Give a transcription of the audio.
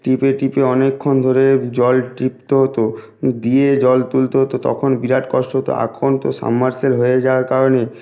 টিপে টিপে অনেকক্ষণ ধরে জল টিপতে হতো দিয়ে জল তুলতে হতো তখন বিরাট কষ্ট হতো এখন তো সাবমারসিবল হয়ে যাওয়ার কারণে